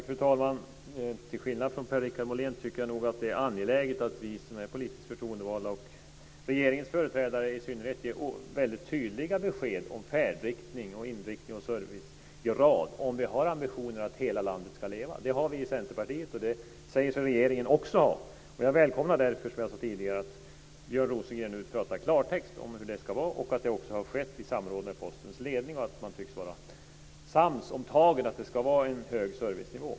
Fru talman! Till skillnad från Per-Richard Molén tycker jag nog att det är angeläget att vi som är politiskt förtroendevalda, och i synnerhet regeringens företrädare, ger väldigt tydliga besked om färdriktning, inriktning och servicegrad om vi har ambitionen att hela landet ska leva. Det har vi i Centerpartiet, och det säger sig regeringen också ha. Jag välkomnar därför, som jag sade tidigare, att Björn Rosengren nu talar i klartext om hur det ska vara och att det också har skett i samråd med Postens ledning och att man tycks vara sams om tagen och att det ska vara en hög servicenivå.